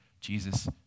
Jesus